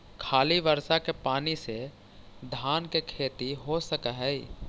खाली बर्षा के पानी से धान के खेती हो सक हइ?